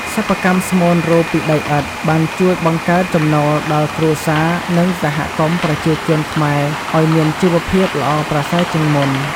សិប្បកម្មស្មូនរូបពីដីឥដ្ធបានជួយបង្កើតចំណូលដល់គ្រួសារនិងសហគមប្រជាជនខ្មែរឲ្យមានជីវភាពល្អប្រសើជាងមុន។